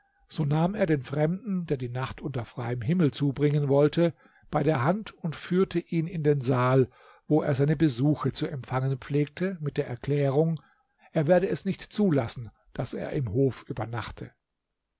so nahm er den fremden der die nacht unter freiem himmel zubringen wollte bei der hand und führte ihn in den saal wo er seine besuche zu empfangen pflegte mit der erklärung er werde es nicht zulassen daß er im hof übernachte